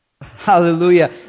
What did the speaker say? Hallelujah